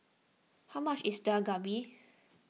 how much is Dak Galbi